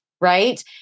Right